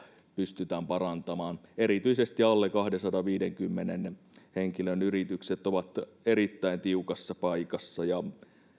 pystytään parantamaan erityisesti alle kahdensadanviidenkymmenen henkilön yritykset ovat erittäin tiukassa paikassa